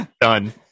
Done